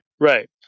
Right